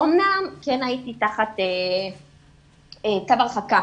אמנם כן הייתי תחת צו הרחקה